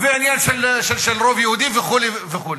ועניין של רוב יהודי וכו' וכו'.